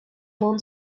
among